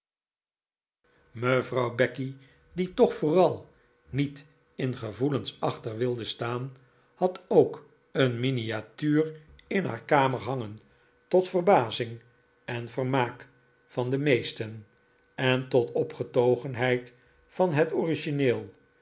mevrouw becky die toch vooral niet in gevoelens achter wilde staan had ook een miniatuur in haar kamer hangen tot verbazing en vermaak van de meesten en tot opgetogenheid van het origineel